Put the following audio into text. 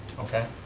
okay?